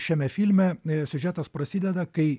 šiame filme siužetas prasideda kai